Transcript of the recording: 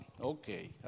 Okay